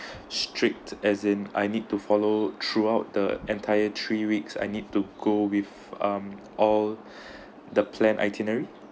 strict as in I need to follow throughout the entire three weeks I need to go with um all the plan itinerary